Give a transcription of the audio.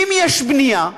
אם יש בנייה,